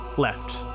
left